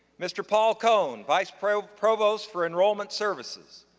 mr. paul cone, vice provost provost for enrollment services.